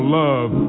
love